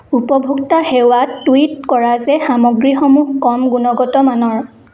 উপভোক্তা সেৱাত টুইট কৰা যে সামগ্ৰীসমূহ কম গুণগত মানৰ